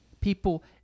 People